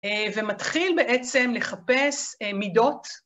ומתחיל בעצם לחפש מידות.